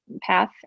path